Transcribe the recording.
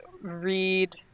read